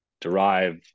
derive